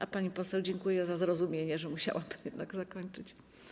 A pani poseł dziękuję za zrozumienie, że musiała pani jednak zakończyć.